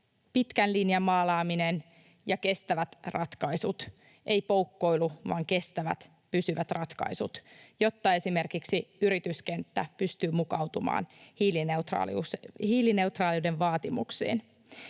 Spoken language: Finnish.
pitkän linjan maalaaminen ja kestävät ratkaisut, ei poukkoilu, vaan kestävät, pysyvät ratkaisut, jotta esimerkiksi yrityskenttä pystyy mukautumaan hiilineutraaliuden vaatimuksiin.